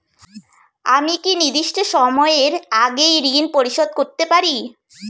আমি কি নির্দিষ্ট সময়ের আগেই ঋন পরিশোধ করতে পারি?